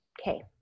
Okay